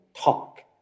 talk